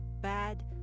bad